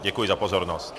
Děkuji za pozornost.